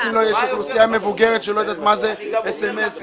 יש אוכלוסייה מבוגרת שלא יודעת מה זה SMS,